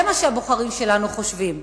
זה מה שהבוחרים שלנו חושבים.